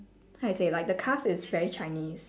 how you say like the cast is very chinese